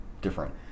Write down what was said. different